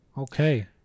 okay